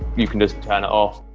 you can just turn it off.